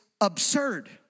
absurd